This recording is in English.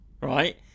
right